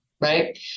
right